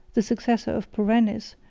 the successor of perennis,